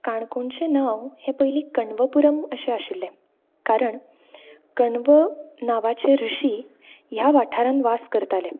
काणकोणचें नांव हें पयलीं कण्वपुरम अशें आशिल्लें कारण कण्व नांवाचे रुशी ह्या वाठारांत वास करताले